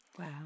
Wow